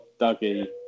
dougie